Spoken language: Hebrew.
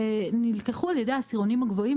נלקחו על ידי העשירונים הגבוהים,